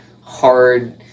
hard